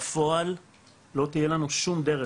בפועל לא תהיה לנו שום דרך,